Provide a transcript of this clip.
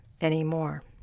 anymore